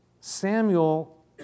Samuel